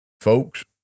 Folks